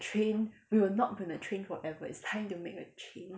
the train we will not be on the train forever it's time to make a change